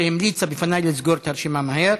שהמליצה בפניי לסגור את הרשימה מהר.